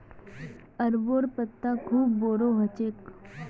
अरबोंर पत्ता खूब बोरो ह छेक